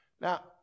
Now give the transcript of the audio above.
Now